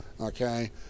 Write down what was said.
okay